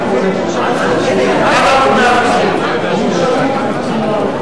הודעה של שטרית, בסדר, משם נוהל אחר.